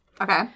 Okay